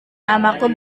namaku